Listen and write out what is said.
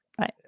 Right